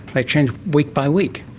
they change week by week.